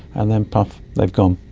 and then, puff, they've gone.